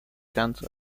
cancer